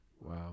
wow